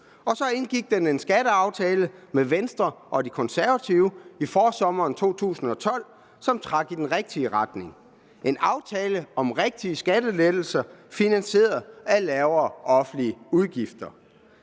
Så indgik den en skatteaftale med Venstre og De Konservative i forsommeren 2012, som trækker i den rigtige retning. Det var en aftale om rigtige skattelettelser finansieret af lavere offentlige udgifter.